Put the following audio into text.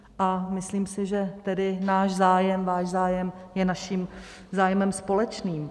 A myslím si, že tedy náš zájem, váš zájem je naším zájmem společným.